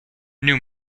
new